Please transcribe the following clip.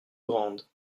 grandes